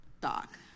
Doc